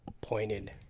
pointed